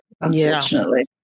Unfortunately